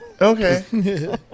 Okay